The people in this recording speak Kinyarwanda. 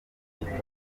bitonda